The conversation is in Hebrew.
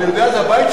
על דונם.